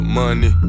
money